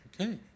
Okay